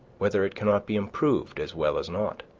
whether it cannot be improved as well as not.